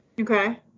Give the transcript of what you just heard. Okay